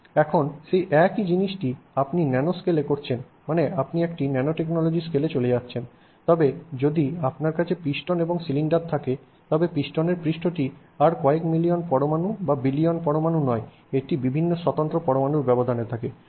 এখন সেই একই জিনিসটি আপনি ন্যানোস্কেলে করছেন মানে আপনি একটি ন্যানোটেকনোলজির স্কেলে চলে যাচ্ছেন তবে যদি আপনার কাছে পিস্টন এবং সিলিন্ডার থাকে তবে পিস্টনের পৃষ্ঠটি আর কয়েক মিলিয়ন পরমাণু বা বিলিয়ন পরমাণু নয় এটি বিভিন্ন স্বতন্ত্র পরমাণুর ব্যবধানে থাকে